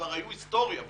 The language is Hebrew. כבר היו היסטוריה ונדחו,